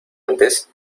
antes